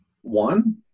one